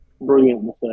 brilliant